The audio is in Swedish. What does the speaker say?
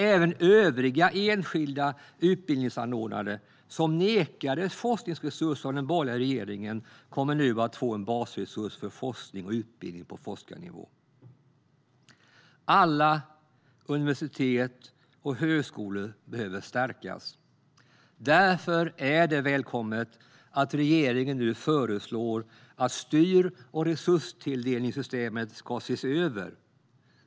Även övriga enskilda utbildningsanordnare, som nekades forskningsresurser av den borgerliga regeringen, kommer nu att få en basresurs för forskning och utbildning på forskarnivå. Alla universitet och högskolor behöver stärkas. Därför är det välkommet att regeringen nu föreslår att styr och resurstilldelningssystemet ska ses över.